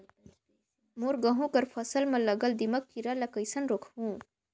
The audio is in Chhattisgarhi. मोर गहूं कर फसल म लगल दीमक कीरा ला कइसन रोकहू?